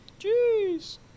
Jeez